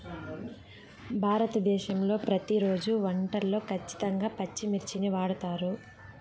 భారతదేశంలో ప్రతిరోజు వంటల్లో ఖచ్చితంగా పచ్చిమిర్చిని వాడుతారు